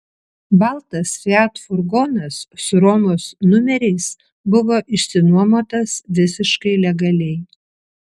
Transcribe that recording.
baltas fiat furgonas su romos numeriais buvo išsinuomotas visiškai legaliai